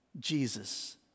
Jesus